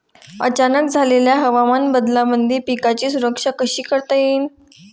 अचानक झालेल्या हवामान बदलामंदी पिकाची सुरक्षा कशी करता येईन?